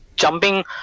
jumping